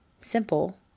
Simple